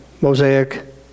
Mosaic